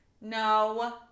No